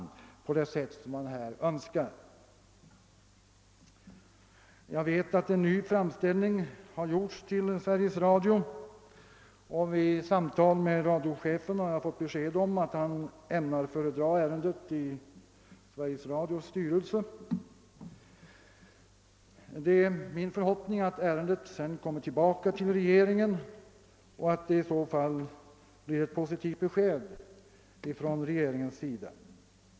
Jag vet ati en ny framställning har gjorts till Sveriges Radio, och vid samtal med radiochefen har jag erhållit beskedet att han har för avsikt att föredra ärendet i Sveriges Radios styrelse. Det är min förhoppning att ärendet sedan kommer tillbaka till regeringen och att vi får ett positivt besked därifrån.